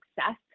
success